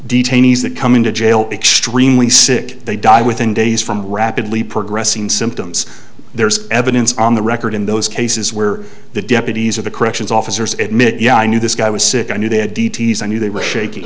detainees that come into jail extremely sick they die within days from rapidly progressing symptoms there's evidence on the record in those cases where the deputies or the corrections officers admit yeah i knew this guy was sick i knew they had d t s i knew they were shak